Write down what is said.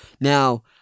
Now